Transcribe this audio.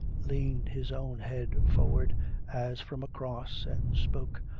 leaned his own head forward as from a cross, and spoke.